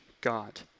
God